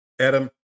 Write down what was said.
Adam